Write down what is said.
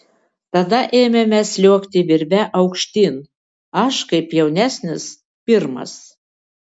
tada ėmėme sliuogti virve aukštyn aš kaip jaunesnis pirmas